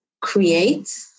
create